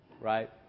right